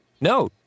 No